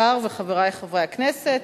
השר וחברי חברי הכנסת,